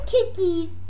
cookies